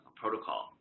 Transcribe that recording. protocol